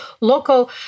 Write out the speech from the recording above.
local